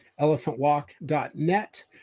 elephantwalk.net